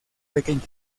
pequeñas